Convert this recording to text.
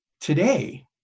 Today